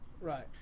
Right